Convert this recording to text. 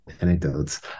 anecdotes